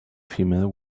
female